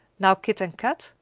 now kit and kat,